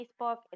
Facebook